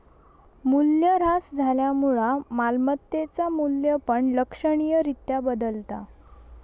मूल्यह्रास झाल्यामुळा मालमत्तेचा मू्ल्य पण लक्षणीय रित्या बदलता